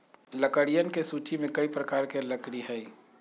लकड़ियन के सूची में कई प्रकार के लकड़ी हई